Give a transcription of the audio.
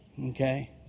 Okay